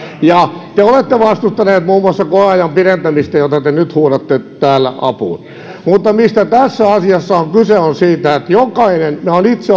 ja te olette vastustaneet muun muassa koeajan pidentämistä jota te nyt huudatte täällä apuun tässä asiassa on kyse siitä että jokainen olen itse